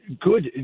good